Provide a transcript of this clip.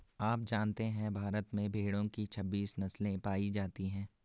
आप जानते है भारत में भेड़ो की छब्बीस नस्ले पायी जाती है